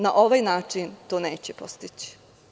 Na ovaj način to neće postići.